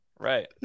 right